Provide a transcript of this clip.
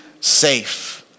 safe